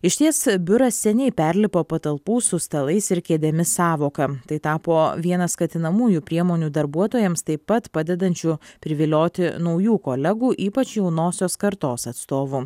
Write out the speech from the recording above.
išties biuras seniai perlipo patalpų su stalais ir kėdėmis sąvoka tai tapo viena skatinamųjų priemonių darbuotojams taip pat padedančių privilioti naujų kolegų ypač jaunosios kartos atstovų